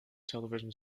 television